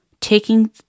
taking